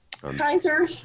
Kaiser